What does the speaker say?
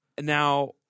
Now